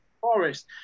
forest